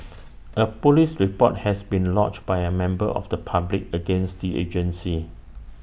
A Police report has been lodged by A member of the public against the agency